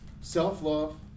self-love